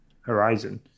horizon